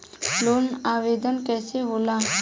Loan आवेदन कैसे होला?